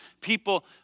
People